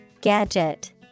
Gadget